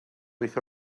wyth